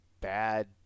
bad